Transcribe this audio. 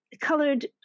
colored